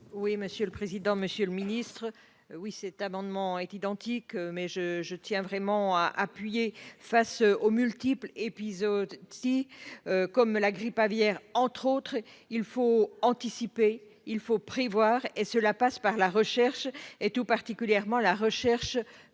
Oui, monsieur le président, Monsieur le Ministre, oui, cet amendement est identique, mais je je tiens vraiment à appuyer face aux multiples épisodes si, comme la grippe aviaire, entre autres, il faut anticiper, il faut prévoir et cela passe par la recherche et tout particulièrement la recherche